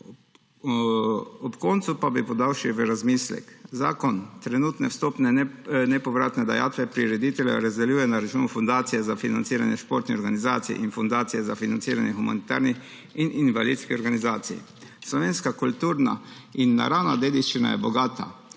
Ob koncu pa bi podal v razmislek še naslednje. Zakon trenutne vstopne nepovratne dajatve prireditelja razdeljuje na račun Fundacije za financiranje športnih organizacij in Fundacije za financiranje invalidskih in humanitarnih organizacij. Slovenska kulturna in naravna dediščina je bogata,